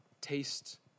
taste